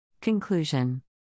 Conclusion